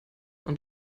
und